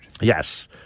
Yes